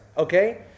Okay